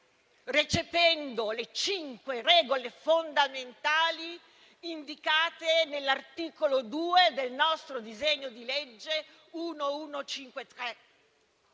recependo le cinque regole fondamentali indicate nell'articolo 2 del nostro disegno di legge n. 1153.